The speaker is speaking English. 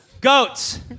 Goats